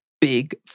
Big